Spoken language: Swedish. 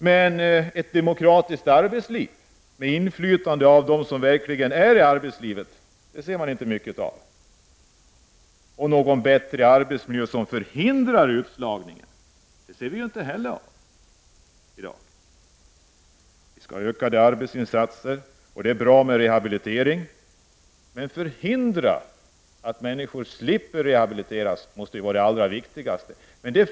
Men ett demokratiskt arbetsliv med inflytande för dem som verkligen är i arbetslivet, det ser man inte mycket av. Någon bättre arbetsmiljö som förhindrar utslagningen ser vi inte heller mycket av i dag. Vi skall ha ökade arbetsinsatser, och det är bra med rehabilitering. Men att förhindra att människor behöver rehabiliteras måste vara det allra viktigaste, som vi ser det.